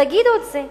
תגידו את זה.